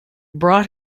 brought